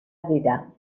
دیدم